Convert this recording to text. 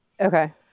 Okay